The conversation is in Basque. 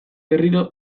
berriro